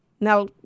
Now